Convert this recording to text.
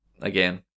Again